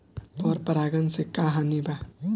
पर परागण से का हानि बा?